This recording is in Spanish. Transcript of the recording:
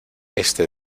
este